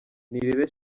nirere